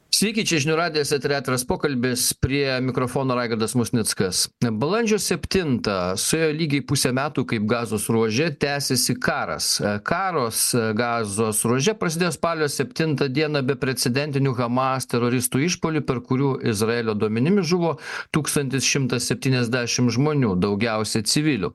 sveiki čia žinių radijas etery atviras pokalbis prie mikrofono raigardas musnickas balandžio septintą suėjo lygiai pusę metų kaip gazos ruože tęsiasi karas karos gazos ruože prasidėjo spalio septintą dieną beprecedentiniu hamas teroristų išpuolių per kurių izraelio duomenimis žuvo tūkstantis šimtas septyniasdešim žmonių daugiausia civilių